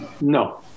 No